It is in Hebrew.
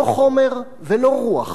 לא חומר ולא רוח.